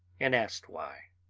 and asked why.